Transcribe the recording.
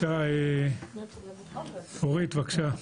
אורית, בבקשה.